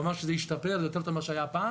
זה אומר שזה השתפר, זה יותר טוב ממה שהיה פעם.